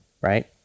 right